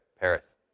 Paris